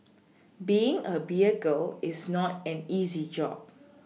being a beer girl is not an easy job